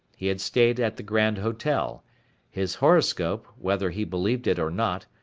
he had stayed at the grand hotel his horoscope, whether he believed it or not,